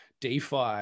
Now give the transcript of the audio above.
DeFi